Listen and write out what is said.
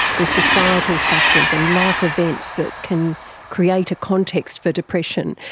the societal factors and life events that can create a context for depression.